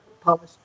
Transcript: policy